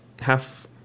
half